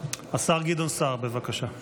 השר גדעון סער, בבקשה.